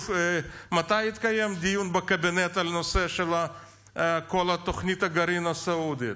מתי התקיים דיון בקבינט על כל נושא תוכנית הגרעין הסעודית?